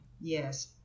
Yes